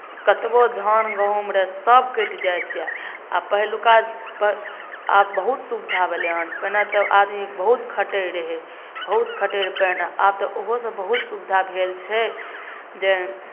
कतबहु धान गहूँम रहै सभ कटि जाइत छै आ पहिलुका आब बहुत सुविधा भेलै हेँ पहिने तऽ आदमी बहुत खटैत रहै बहुत खटैत रहै पहिने आब तऽ ओहोसभ बहुत सुविधा भेल छै जे